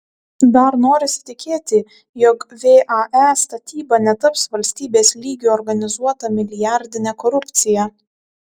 dar norisi tikėti jog vae statyba netaps valstybės lygiu organizuota milijardine korupcija